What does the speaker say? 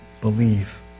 believe